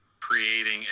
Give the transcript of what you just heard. creating